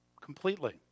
completely